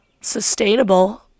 sustainable